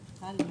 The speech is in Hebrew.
הבריאות.